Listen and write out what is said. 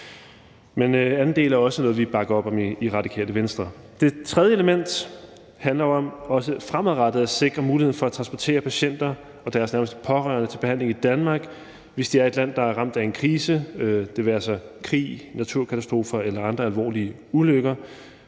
den anden del er også noget, vi bakker op om i Radikale Venstre. Det tredje element handler om også fremadrettet at sikre muligheden for at transportere patienter og deres nærmeste pårørende til behandling i Danmark, hvis de er i et land, der er ramt af en krise – det være sig krig, naturkatastrofer eller andre alvorlige ulykker,